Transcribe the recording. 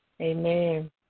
Amen